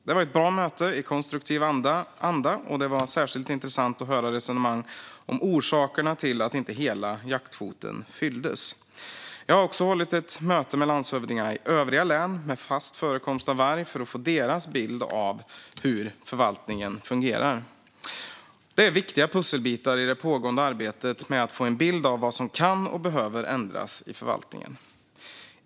Det var ett bra möte i konstruktiv anda, och det var särskilt intressant att höra resonemanget om orsakerna till att inte hela jaktkvoten fylldes. Jag har också hållit ett möte med landshövdingarna i övriga län med fast förekomst av varg för att få deras bild av hur förvaltningen fungerar. Det är viktiga pusselbitar i det pågående arbetet med att få en bild av vad som kan och behöver ändras i förvaltningen.